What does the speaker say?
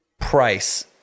price